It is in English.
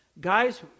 guys